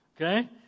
okay